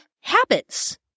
habits